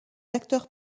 acteurs